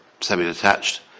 semi-detached